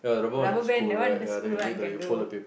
rubber band that one the school one can do